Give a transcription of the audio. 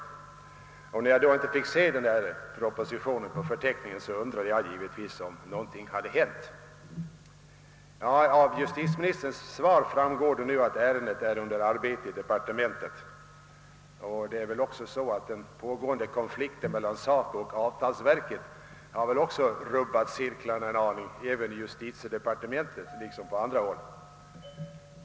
Då jag sedan inte fick se denna proposition på förteckningen undrade jag givetvis vad som hade hänt. Av justitieministerns svar framgår nu att ärendet är under arbete i departementet. Men den pågående konflikten mellan SACO och avtalsverket har väl rubbat cirklarna en aning i justitiedepartementet liksom på andra håll.